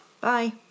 Bye